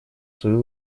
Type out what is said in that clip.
свою